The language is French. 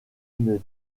une